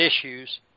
issues